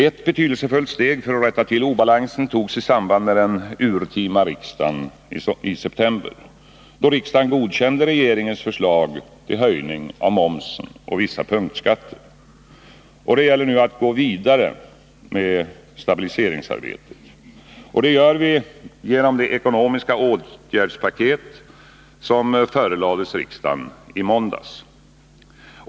Ett betydelsefullt steg för att rätta till obalansen togs i samband med den urtima riksdagen i september, då riksdagen godkände regeringens förslag till höjning av momsen och vissa punktskatter. Det gäller nu att gå vidare med stabiliseringsarbetet. Och det gör vi genom det ekonomiska åtgärdspaket som förelades riksdagen i måndags.